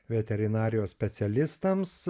veterinarijos specialistams